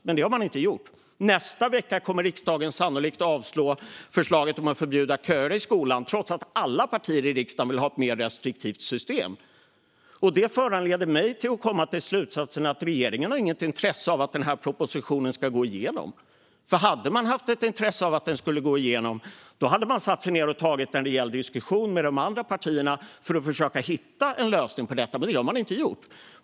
Men det har man inte gjort. Nästa vecka kommer riksdagen sannolikt att avslå förslaget om att förbjuda köer i skolan, trots att alla partier i riksdagen vill ha ett mer restriktivt system. Det föranleder mig att komma till slutsatsen att regeringen inte har något intresse av att den här propositionen ska gå igenom, för hade man haft ett intresse av att den skulle gå igenom hade man satt sig ned och tagit en rejäl diskussion med de andra partierna för att försöka hitta en lösning på detta. Men det har man inte gjort.